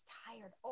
tired